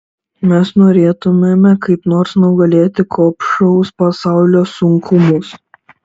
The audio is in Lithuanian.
mes norėtumėme kaip nors nugalėti gobšaus pasaulio sunkumus